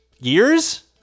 years